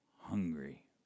hungry